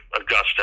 Augusta